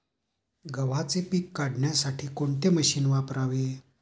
गव्हाचे पीक काढण्यासाठी कोणते मशीन वापरावे?